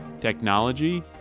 Technology